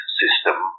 system